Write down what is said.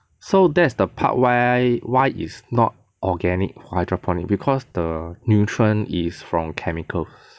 so that's the part why why is not organic hydroponic because the nutrient is from chemicals